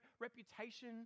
reputation